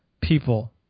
people